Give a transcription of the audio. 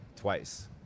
twice